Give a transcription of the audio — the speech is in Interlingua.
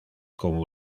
como